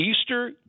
Easter